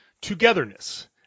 togetherness